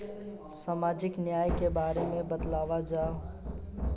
सामाजिक न्याय के बारे में बतावल जाव?